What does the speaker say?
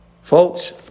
Folks